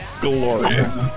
glorious